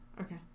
Okay